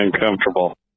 uncomfortable